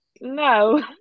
No